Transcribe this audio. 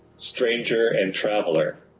stranger and traveler